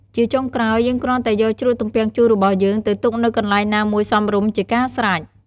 ជាចុងក្រោយ យើងគ្រាន់តែយកជ្រក់ទំពាំងជូររបស់យើងទៅទុកនៅកន្លែងណាមួយសមរម្យជាការស្រេច។